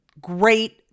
great